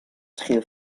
trier